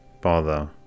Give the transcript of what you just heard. Bother